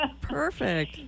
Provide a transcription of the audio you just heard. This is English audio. Perfect